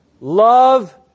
Love